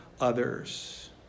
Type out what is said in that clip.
others